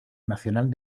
nacional